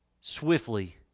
swiftly